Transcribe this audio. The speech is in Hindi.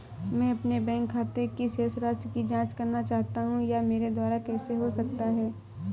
मैं अपने बैंक खाते की शेष राशि की जाँच करना चाहता हूँ यह मेरे द्वारा कैसे हो सकता है?